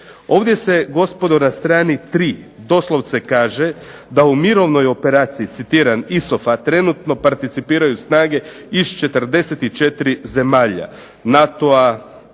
Ovdje se gospodo na strani 3. doslovce kaže, da u mirovnoj operaciji citiram „ISOFA trenutno participiraju snage iz 44 zemlja NATO-a